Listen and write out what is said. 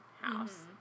house